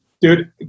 Dude